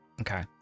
Okay